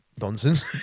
nonsense